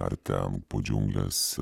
ar ten po džiungles